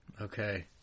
Okay